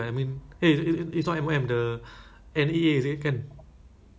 N_E_A kan complain ah like oh call police ah I don't know what they call ah they call some